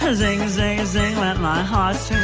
posing as a landlord has